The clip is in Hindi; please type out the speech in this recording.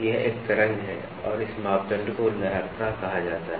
यह एक तरंग है और इस मापदण्ड को लहरता कहा जाता है